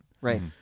Right